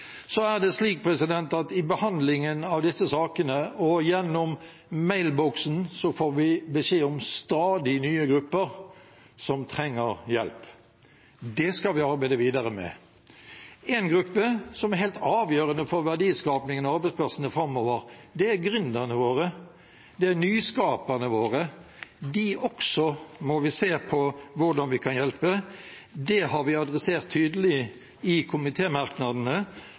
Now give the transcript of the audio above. Så er det slik at i behandlingen av disse sakene og gjennom mailboksen får vi beskjed om stadig nye grupper som trenger hjelp. Det skal vi arbeide videre med. En gruppe som er helt avgjørende for verdiskapingen og arbeidsplassene framover, er gründerne våre, det er nyskaperne våre. Også dem må vi se på hvordan vi kan hjelpe. Det har vi adressert tydelig i